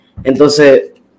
entonces